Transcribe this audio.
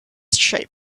shape